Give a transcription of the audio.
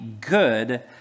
good